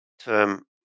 term